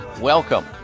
Welcome